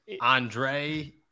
Andre